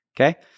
Okay